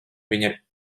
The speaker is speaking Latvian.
viņa